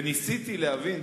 וניסיתי להבין,